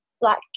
black